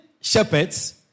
shepherds